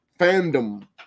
fandom